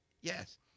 Yes